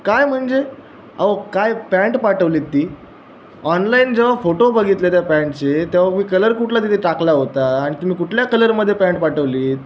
काय म्हणजे अहो काय पँट पाठवलीत ती ऑनलाइन जेव्हा फोटो बघितले त्या पॅन्टचे तेव्हा मी कलर कुठला तिथे टाकला होता आणि तुम्ही कुठल्या कलरमध्ये पँट पाठवलीत